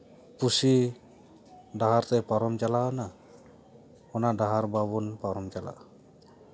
ᱯᱩᱥᱤ ᱰᱟᱦᱟᱨ ᱛᱮ ᱯᱟᱨᱚᱢ ᱪᱟᱞᱟᱣᱱᱟ ᱚᱱᱟ ᱰᱟᱦᱟᱨ ᱵᱟᱵᱚᱱ ᱯᱟᱨᱚᱢ ᱪᱟᱞᱟᱜᱼᱟ